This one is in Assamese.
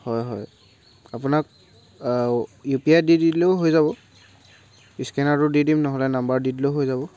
হয় হয় আপোনাক ইউপিআইত দি দিলেও হৈ যাব ইস্কেনাৰটো দি দিম নহ'লে নাম্বাৰত দি দিলেও হৈ যাব